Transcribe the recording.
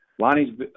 Lonnie's